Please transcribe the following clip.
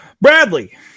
Bradley